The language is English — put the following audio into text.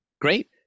Great